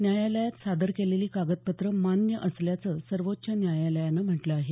न्यायालयात सादर केलेली कागदपत्रं मान्य असल्याचं सर्वोच्च न्यायालयानं म्हटलं आहे